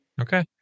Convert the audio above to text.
Okay